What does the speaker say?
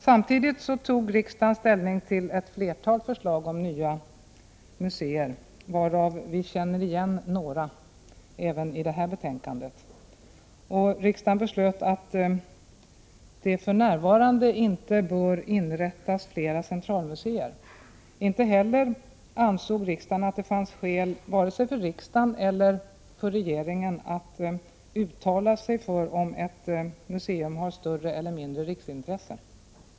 Samtidigt tog riksdagen ställning till ett flertal förslag om nya museer, varav vi känner igen några även i detta betänkande. Riksdagen beslöt att det för närvarande inte bör inrättas flera centralmuseer. Inte heller ansåg riksdagen att det fanns skäl vare sig för riksdagen eller för regeringen att uttala sig för om ett museum har större eller mindre riksintresse.